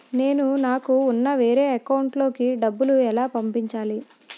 నేను నాకు ఉన్న వేరే అకౌంట్ లో కి డబ్బులు ఎలా పంపించాలి?